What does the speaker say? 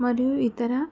మరియు ఇతర